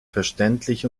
verständlich